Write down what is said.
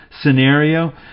scenario